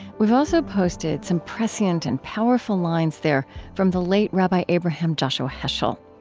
we've also posted some prescient and powerful lines there from the late rabbi abraham joshua heschel.